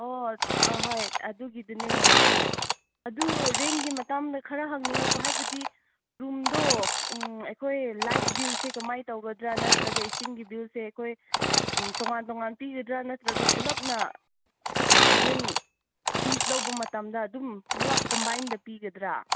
ꯑꯣ ꯑꯍꯣꯏ ꯑꯗꯨꯒꯤꯗꯨꯅꯦ ꯑꯗꯨ ꯔꯦꯟꯒꯤ ꯃꯇꯝꯗ ꯈꯔ ꯍꯪꯅꯤꯡꯉꯛꯄ ꯍꯥꯏꯕꯗꯤ ꯔꯨꯝꯗꯣ ꯑꯩꯈꯣꯏ ꯂꯥꯏꯠ ꯕꯤꯜꯁꯦ ꯀꯃꯥꯏꯅ ꯇꯧꯒꯗ꯭ꯔꯥ ꯅꯠꯇ꯭ꯔꯥ ꯏꯁꯤꯡꯒꯤ ꯕꯤꯜꯁꯦ ꯑꯩꯈꯣꯏ ꯎꯝ ꯇꯣꯉꯥꯟ ꯇꯣꯉꯥꯟ ꯄꯤꯒꯗ꯭ꯔꯥ ꯅꯠꯇ꯭ꯔꯒ ꯄꯨꯂꯞꯅ ꯔꯦꯟ ꯐꯤꯁ ꯂꯧꯕ ꯃꯇꯝꯗ ꯑꯗꯨꯝ ꯄꯨꯂꯞ ꯀꯝꯕꯥꯏꯟꯗ ꯄꯤꯒꯗ꯭ꯔꯥ